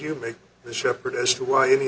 you make the shepherd as to why any